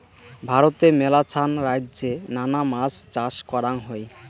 ভারতে মেলাছান রাইজ্যে নানা মাছ চাষ করাঙ হই